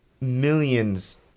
millions